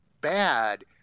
bad